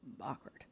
awkward